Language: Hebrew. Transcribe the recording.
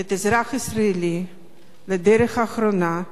את האזרח הישראלי בדרך האחרונה,